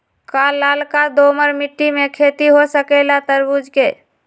का लालका दोमर मिट्टी में खेती हो सकेला तरबूज के?